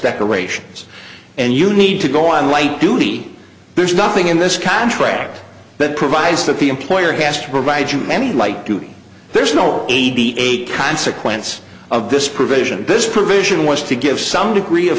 decorations and you need to go on light duty there's nothing in this contract that provides that the employer has to provide you any light duty there's no eighty eight consequence of this provision this provision was to give some degree of